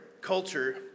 culture